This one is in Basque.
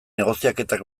negoziaketak